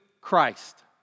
Christ